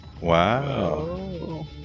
Wow